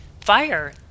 Fire